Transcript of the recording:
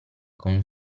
con